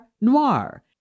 noir